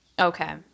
Okay